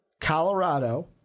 Colorado